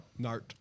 Nart